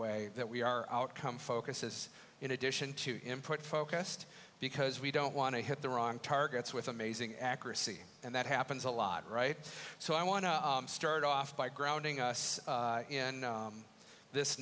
way that we are outcome focuses in addition to input focused because we don't want to hit the wrong targets with amazing accuracy and that happens a lot right so i want to start off by grounding us in this